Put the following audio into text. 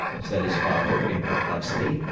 said his father, in perplexity.